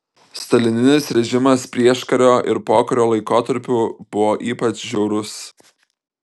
stalininis režimas prieškario ir pokario laikotarpiu buvo ypač žiaurus